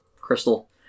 crystal